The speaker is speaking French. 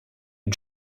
une